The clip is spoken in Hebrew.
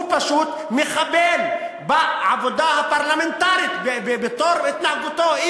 הוא פשוט מחבל בעבודה הפרלמנטרית בהתנהגותו.